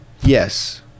yes